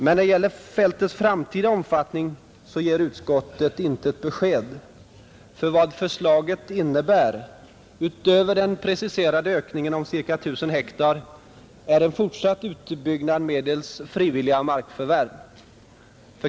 När det gäller fältets framtida omfattning ger utskottet inget besked. Förslaget innebär — utöver den preciserade ökningen med 1 000 hektar — en fortsatt utbyggnad medelst frivilliga markförvärv.